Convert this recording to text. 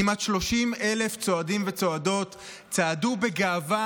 כמעט 30,000 צועדים וצועדות צעדו בגאווה